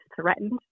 threatened